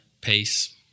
pace